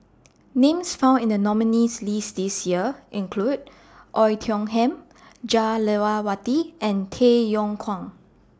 Names found in The nominees' list This Year include Oei Tiong Ham Jah Lelawati and Tay Yong Kwang